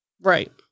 Right